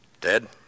Dead